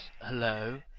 hello